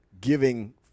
giving